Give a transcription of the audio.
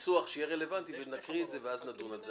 ניסוח שיהיה רלבנטי, נקריא את זה ונדון בזה.